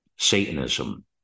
Satanism